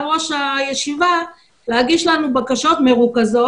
ראש הישיבה להגיש לנו בקשות מרוכזות.